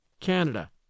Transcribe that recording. Canada